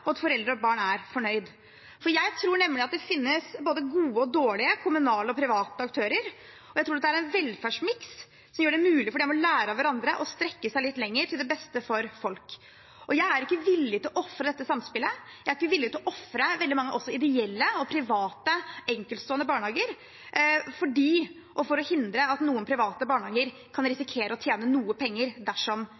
at foreldre og barn er fornøyde. Jeg tror det finnes både gode og dårlige kommunale og private aktører, og jeg tror det er en velferdsmiks som gjør det mulig for dem å lære av hverandre og strekke seg litt lenger til det beste for folk. Jeg er ikke villig til å ofre dette samspillet. Jeg er ikke villig til å ofre veldig mange ideelle og private enkeltstående barnehager for å hindre at noen private barnehager kan